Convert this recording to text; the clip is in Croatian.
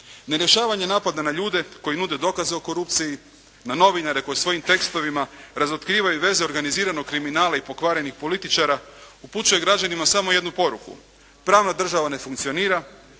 Ne rješavanje napada na ljude koji nude dokaze o korupciji, na novinare koji svojim tekstovima razotkrivaju veze organiziranog kriminala i pokvarenih političara upućuje građanima samo jednu poruku, pravna država ne funkcionira,